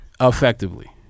effectively